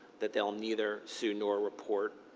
that they will neither sue nor report.